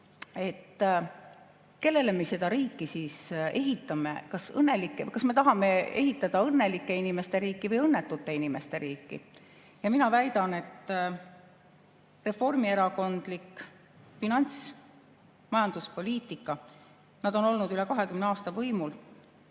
Kellele me seda riiki siis ehitame? Kas me tahame ehitada õnnelike inimeste riiki või õnnetute inimeste riiki? Mina väidan, et reformierakondlik finants- ja majanduspoliitika – nad on olnud üle 20 aasta võimul